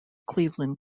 cleveland